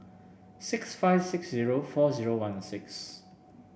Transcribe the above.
six five six zero four zero one six